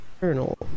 journal